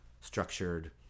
structured